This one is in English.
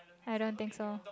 I don't think so